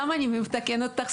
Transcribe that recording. למה אני מתקנת אותך?